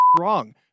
wrong